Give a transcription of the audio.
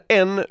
en